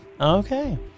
Okay